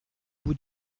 bout